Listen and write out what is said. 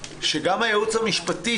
שגם הייעוץ המשפטי,